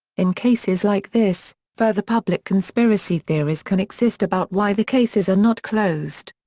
in cases like this, further public conspiracy theories can exist about why the cases are not closed.